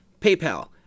PayPal